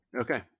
Okay